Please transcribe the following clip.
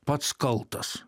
pats kaltas